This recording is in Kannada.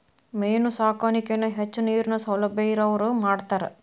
ಮೇನು ಸಾಕಾಣಿಕೆನ ಹೆಚ್ಚು ನೇರಿನ ಸೌಲಬ್ಯಾ ಇರವ್ರ ಮಾಡ್ತಾರ